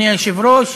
אדוני היושב-ראש,